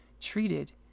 treated